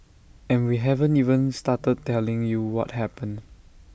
and we haven't even started telling you what happened